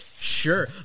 Sure